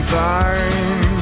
time